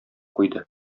куйды